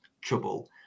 trouble